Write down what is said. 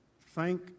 Thank